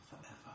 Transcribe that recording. forever